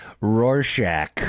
Rorschach